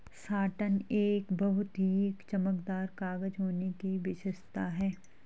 satin एक बहुत ही चमकदार कागज होने की विशेषता है